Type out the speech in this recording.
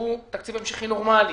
כשהוא תקציב המשכי נורמלי.